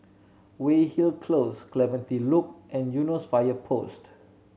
Weyhill Close Clementi Loop and Eunos Fire Post